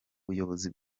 buyobozi